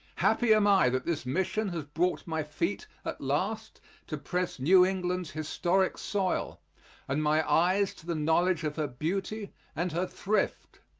happy am i that this mission has brought my feet at last to press new england's historic soil and my eyes to the knowledge of her beauty and her thrift.